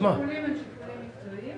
השיקולים הם שיקולים מקצועיים